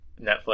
Netflix